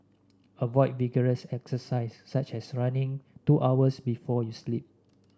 avoid vigorous exercise such as running two hours before you sleep